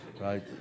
right